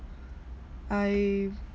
I